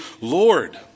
Lord